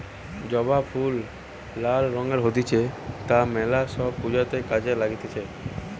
জবা ফুল লাল রঙের হতিছে তা মেলা সব পূজাতে কাজে লাগতিছে